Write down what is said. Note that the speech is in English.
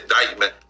indictment